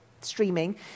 streaming